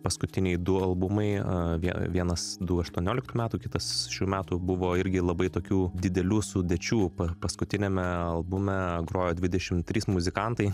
paskutiniai du albumai vie vienas du aštuonioliktų metų kitas šių metų buvo irgi labai tokių didelių sudėčių paskutiniame albume grojo dvidešim trys muzikantai